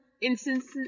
Instances